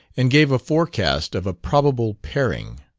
and gave a forecast of a probable pairing.